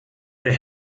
der